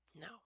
No